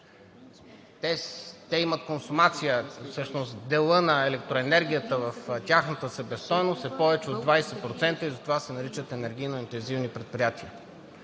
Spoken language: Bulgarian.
Те имат консумация всъщност делът на електроенергията в тяхната себестойност е повече от 20% и затова се наричат енергийно интензивни предприятия.